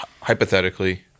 Hypothetically